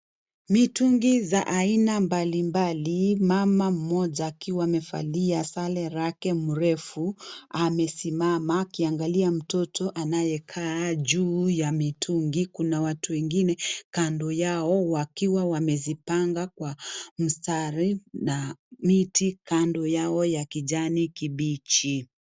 Mitungi za aina mbalimbali, mama mmoja akiwa amevalia sare lake mrefu amesimama akiangalia mtoto anayekaa juu ya mitungi, kuna watu wengine kando yao wakiwa wamezipanga kwa mstari na miti kando yao ya kijani kibichi.